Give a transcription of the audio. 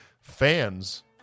Fans